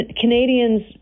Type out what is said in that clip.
Canadians